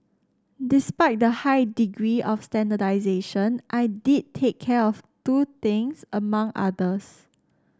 despite the high degree of standardisation I did take care of two things among others